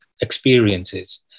experiences